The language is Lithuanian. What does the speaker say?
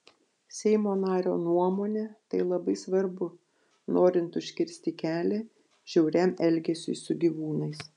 seimo nario nuomone tai labai svarbu norint užkirsti kelią žiauriam elgesiui su gyvūnais